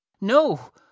No